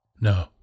No